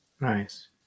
Nice